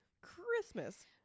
Christmas